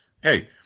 hey